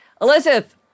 Elizabeth